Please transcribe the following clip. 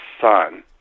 son